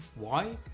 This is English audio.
why?